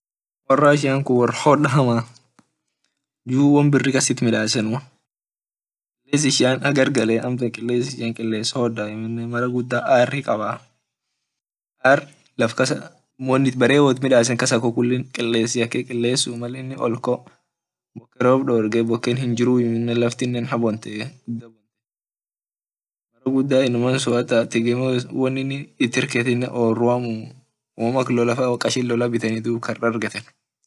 Wor russian wor hoda hamana juu won biri kasit midasenun kiles ishian hagargalee amtan kiles ishian kiles hoda mara guda arr kabaa arr bare woit midasen kulli kiles yake rob hinjiru kiles yake laftine habontee inama sun guda won inni tegemee oruamuu wom ak lolafaa qashin lolafaa biteni dub kar dargetenii.